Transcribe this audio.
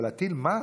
אבל להטיל מס?